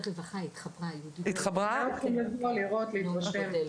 אתם מוזמנים לבוא לראות ולהתרשם.